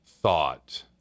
Thought